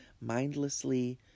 mindlessly